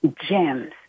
Gems